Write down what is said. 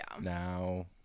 now